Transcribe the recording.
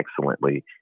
excellently